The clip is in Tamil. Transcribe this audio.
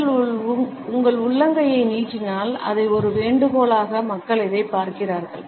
நீங்கள் உங்கள் உள்ளங்கையை நீட்டினால் அதை ஒரு வேண்டுகோளாக மக்கள் இதைப் பார்க்கிறார்கள்